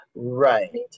Right